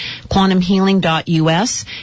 quantumhealing.us